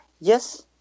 Yes